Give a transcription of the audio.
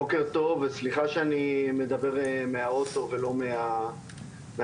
בוקר טוב וסליחה שאני מדבר מהאוטו ולא מהוועדה.